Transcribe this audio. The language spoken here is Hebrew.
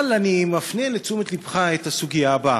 אבל אני מפנה את תשומת לבך לסוגיה הבאה: